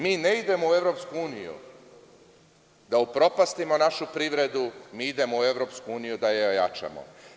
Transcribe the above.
Mi ne idemo u EU da upropastimo našu privredu, mi idemo u EU da je ojačamo.